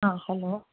ആ ഹലോ